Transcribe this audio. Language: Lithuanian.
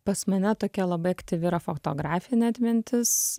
pas mane tokia labai aktyvi yra fotografinė atmintis